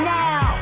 now